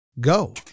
go